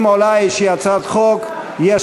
אם עולה הצעת חוק כלשהי,